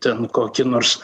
ten kokį nors